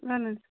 اَہن حظ